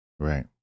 Right